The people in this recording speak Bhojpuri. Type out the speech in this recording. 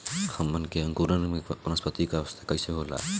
हमन के अंकुरण में वानस्पतिक अवस्था कइसे होला?